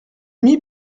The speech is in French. mit